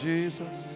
Jesus